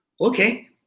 okay